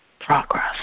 progress